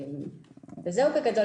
זהו בגדול.